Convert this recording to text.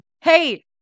hey